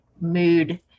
mood